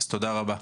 אז תודה רבה.